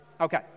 Okay